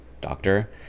doctor